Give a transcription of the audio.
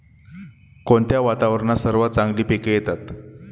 कोणत्या वातावरणात सर्वात चांगली पिके येतात?